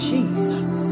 Jesus